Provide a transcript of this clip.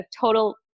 total